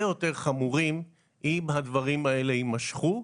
יותר חמורים אם הדברים האלה יימשכו,